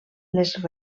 les